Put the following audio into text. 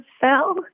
fell